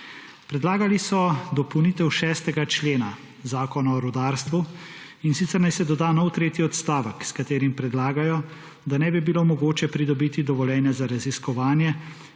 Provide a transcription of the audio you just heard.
Predlagali so dopolnitev 6. člena Zakona o rudarstvu, in sicer naj se doda nov tretji odstavek, s katerim predlagajo, da ne bi bilo mogoče pridobiti dovoljenja za raziskovanje